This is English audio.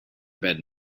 bed